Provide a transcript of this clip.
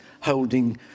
holding